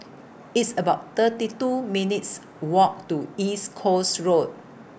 It's about thirty two minutes' Walk to East Coast Road